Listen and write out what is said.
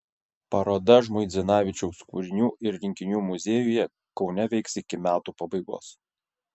paroda žmuidzinavičiaus kūrinių ir rinkinių muziejuje kaune veiks iki metų pabaigos